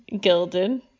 gilded